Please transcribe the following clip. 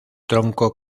tronco